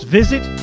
visit